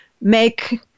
make